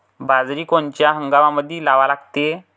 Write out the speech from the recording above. बाजरी कोनच्या हंगामामंदी लावा लागते?